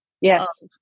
Yes